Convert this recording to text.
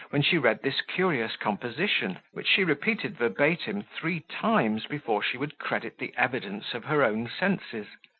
when she read this curious composition, which she repeated verbatim three times before she would credit the evidence of her own senses.